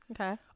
Okay